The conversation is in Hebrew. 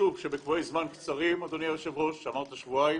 שבטווחי זמן קצרים, דברת על שבועיים,